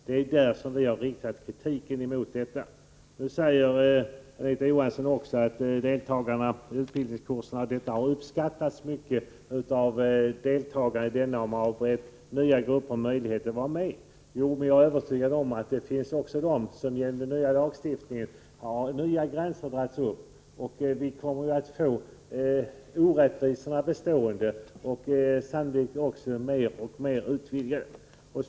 Anita Johansson säger att den nya regeln har uppskattats mycket av deltagarna i utbildningskurserna och att man har berett nya grupper möjligheter att vara med. Jag är emellertid övertygad om att man genom den ändrade lagstiftningen också har dragit upp nya gränser som för vissa andra grupper framstår som orättvisa.